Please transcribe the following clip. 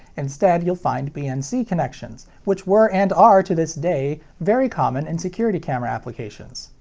instead, you'll find bnc connections, which were and are to this day very common in security camera applications.